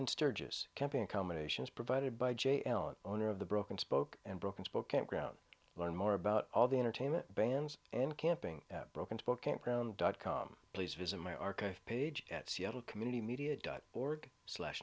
in sturgis camping accommodations provided by j l an owner of the broken spoke and broken spokane ground learn more about all the entertainment bans and camping broken to book campground dot com please visit my archive page at seattle community media dot org slash